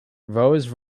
rose